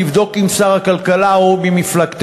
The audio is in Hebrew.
תבדוק עם שר הכלכלה, הוא ממפלגתך.